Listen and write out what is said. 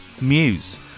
Muse